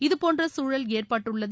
இதபோன்ற சூழல் ஏற்பட்டுள்ளது